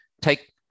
take